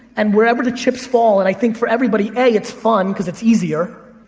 and wherever the chips fall, and i think for everybody, a, it's fun, cause it's easier,